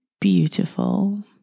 beautiful